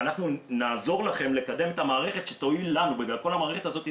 ואנחנו נעזור לכם לקדם את המערכת שתועיל לנו כי המערכת הזאת היא